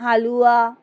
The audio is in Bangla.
হালুয়া